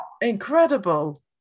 incredible